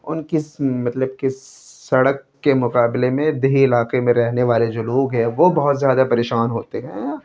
ان کی مطلب کہ سڑک کے مقابلے میں دیہی علاقے میں رہنے والے جو لوگ ہیں وہ بہت زیادہ پریشان ہوتے ہیں